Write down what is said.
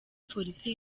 polisi